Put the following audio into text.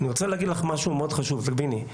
תביני,